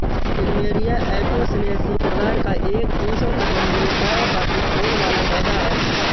plumeria Apocynaceae परिवार का एक उष्णकटिबंधीय, पर्णपाती फूल वाला पौधा है